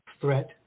threat